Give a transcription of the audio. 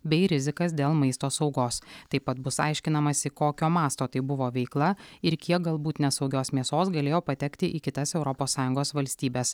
bei rizikas dėl maisto saugos taip pat bus aiškinamasi kokio masto tai buvo veikla ir kiek galbūt nesaugios mėsos galėjo patekti į kitas europos sąjungos valstybes